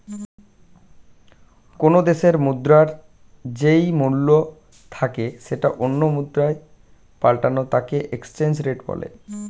কোনো দেশের মুদ্রার যেই মূল্য থাকে সেটা অন্য মুদ্রায় পাল্টালে তাকে এক্সচেঞ্জ রেট বলে